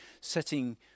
setting